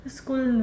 school